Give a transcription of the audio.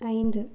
ஐந்து